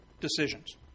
decisions